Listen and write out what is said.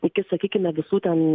iki sakykime visų ten